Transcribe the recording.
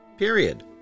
period